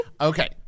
Okay